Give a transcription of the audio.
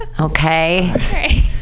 okay